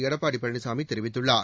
எடப்பாடி பழனிசாமி தெரிவித்துள்ளார்